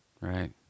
right